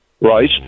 right